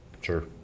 Sure